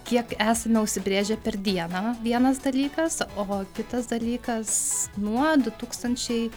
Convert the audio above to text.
kiek esame užsibrėžę per dieną vienas dalykas o kitas dalykas nuo du tūkstančiai